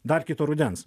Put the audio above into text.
dar kito rudens